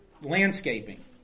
landscaping